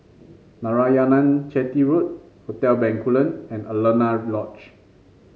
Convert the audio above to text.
Narayanan Chetty Road Hotel Bencoolen and Alaunia Lodge